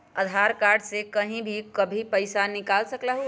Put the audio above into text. आधार card से कहीं भी कभी पईसा निकाल सकलहु ह?